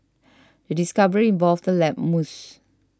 the discovery involved the lab mouse